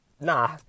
Nah